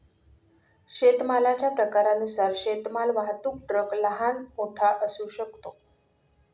शेतमालाच्या प्रकारानुसार शेतमाल वाहतूक ट्रक लहान, मोठा असू शकतो